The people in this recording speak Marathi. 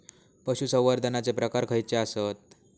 पशुसंवर्धनाचे प्रकार खयचे आसत?